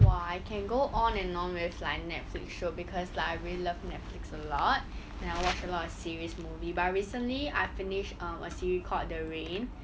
!wah! I can go on and on with like Netflix show because like I really love Netflix a lot and I watch a lot of series movie but I recently I finish err a series called the rain